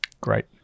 great